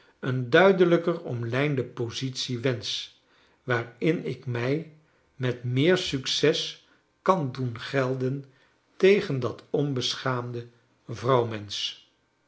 een duidelijker omlijnde positie wensch waarin ik mij met meer succes kan doen gelden tegen dat onbeschaamde